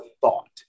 thought